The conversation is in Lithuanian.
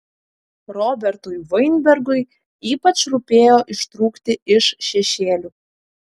robertui vainbergui ypač rūpėjo ištrūkti iš šešėlių